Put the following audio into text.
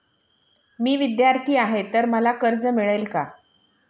मी विद्यार्थी आहे तर मला कर्ज मिळेल का?